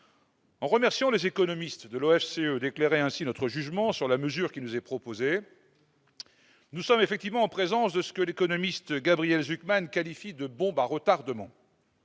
» Remercions les économistes de l'OFCE d'éclairer notre jugement sur la mesure qui nous est proposée. Nous sommes bien en présence de ce que l'économiste Gabriel Zucman qualifie de « bombe à retardement »